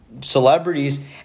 celebrities